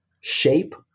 shape